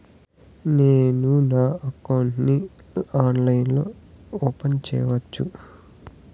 నేను నా అకౌంట్ ని ఆన్లైన్ లో ఓపెన్ సేయొచ్చా?